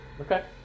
Okay